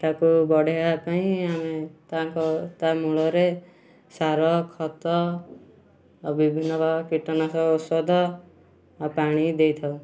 ତାକୁ ବଢ଼େଇବା ପାଇଁ ଆମେ ତାଙ୍କ ତା ମୂଳରେ ସାର ଖତ ଆଉ ବିଭିନ୍ନ ପ୍ରକାର କୀଟନାଶକ ଔଷଧ ଆଉ ପାଣି ଦେଇଥାଉ